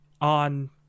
on